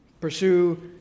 Pursue